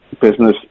business